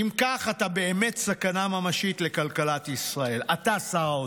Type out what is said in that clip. אתה באמת סכנה ממשית לכלכלת ישראל, אתה, שר האוצר.